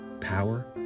Power